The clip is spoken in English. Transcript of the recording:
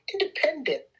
independent